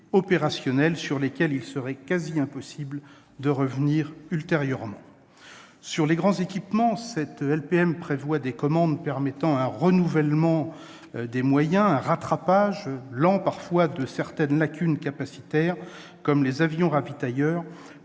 opérationnelles, sur laquelle il serait quasi impossible de revenir ultérieurement. Sur les grands équipements, cette LPM prévoit des commandes permettant un renouvellement des moyens et un rattrapage, parfois lent, de certaines des lacunes capacitaires, comme pour les avions ravitailleurs,